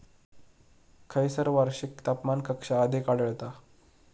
खैयसर वार्षिक तापमान कक्षा अधिक आढळता?